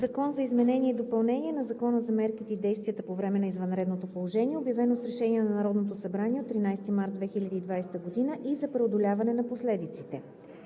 за изменение и допълнение на Закона за мерките и действията по време на извънредното положение, обявено с решение на Народното събрание от 13 март 2020 г., и за преодоляване на последиците